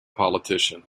politician